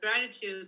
Gratitude